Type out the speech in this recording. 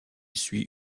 suit